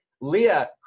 Leah